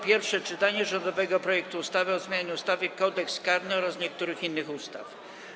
Pierwsze czytanie rządowego projektu ustawy o zmianie ustawy Kodeks karny oraz niektórych innych ustaw.